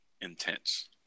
intense